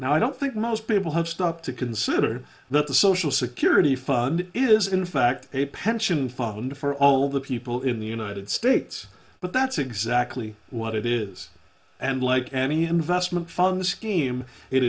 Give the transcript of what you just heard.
and i don't think most people have stopped to consider that the social security fund is in fact a pension fund for all the people in the united states but that's exactly what it is and like any investment funds team it